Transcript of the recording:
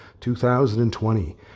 2020